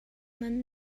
nan